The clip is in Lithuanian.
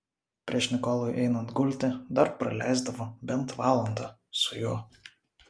prieš nikolui einant gulti dar praleisdavo bent valandą su juo